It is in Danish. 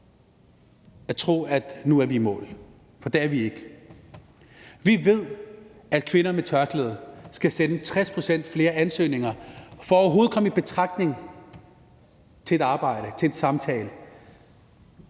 at tro, at vi nu er i mål, for det er vi ikke. Vi ved, at kvinder med tørklæde skal sende 60 pct. flere ansøgninger for overhovedet at komme i betragtning til et arbejde, til en samtale.